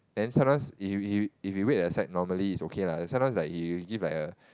then sometimes if you if you if you wait outside normally is okay lah then sometimes he will give like a